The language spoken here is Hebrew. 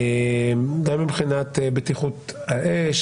גם מבחינת בטיחות האש,